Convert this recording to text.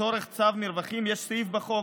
לצורך צו מרווחים יש סעיף בחוק,